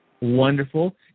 Wonderful